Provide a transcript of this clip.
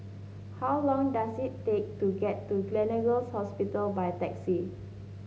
how long does it take to get to Gleneagles Hospital by taxi